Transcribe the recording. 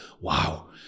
wow